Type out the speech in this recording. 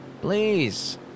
Please